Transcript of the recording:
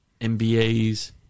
MBAs